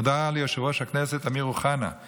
תודה ליושב-ראש הכנסת אמיר אוחנה על